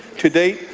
today,